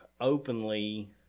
openly